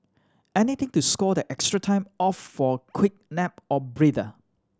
anything to score that extra time off for a quick nap or breather